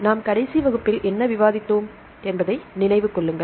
நாம் கடைசி வகுப்பில் என்ன விவாதித்தோம் என்பதை நினைவு கொள்ளுங்கள்